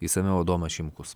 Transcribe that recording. išsamiau adomas šimkus